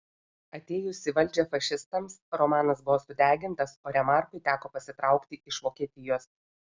atėjus į valdžią fašistams romanas buvo sudegintas o remarkui teko pasitraukti iš vokietijos